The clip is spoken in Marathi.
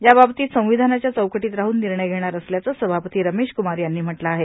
याबाबतीत संविधानाच्या चौकटीत राहन निर्णय घेणार असल्याचं सभापती रमेशकुमार यांनी म्हटलं आहे